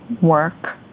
work